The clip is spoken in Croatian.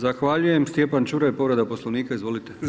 Zahvaljujem, Stjepan Čuraj, povreda Poslovnika, izvolite.